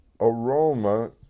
aroma